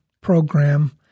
program